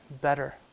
better